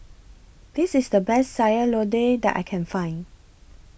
This IS The Best Sayur Lodeh that I Can Find